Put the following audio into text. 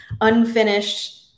unfinished